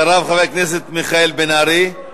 אחריו, חבר הכנסת מיכאל בן-ארי.